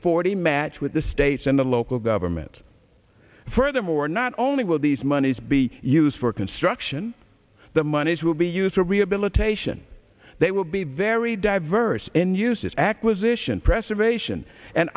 forty match with the states and the local government furthermore not only will these monies be used for construction the monies will be used for rehabilitation they will be very diverse in uses acquisition preservation and